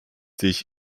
sich